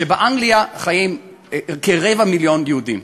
שבאנגליה חיים כרבע מיליון יהודים,